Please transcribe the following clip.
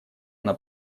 она